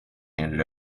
handed